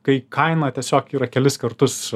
kai kaina tiesiog yra kelis kartus